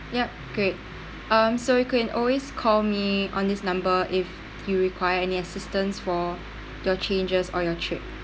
yup great um so you could always call me on this number if you require any assistance for your changes or your trip